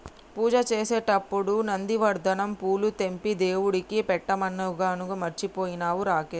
పూజ చేసేటప్పుడు నందివర్ధనం పూలు తెంపి దేవుడికి పెట్టమన్నానుగా మర్చిపోయినవా రాకేష్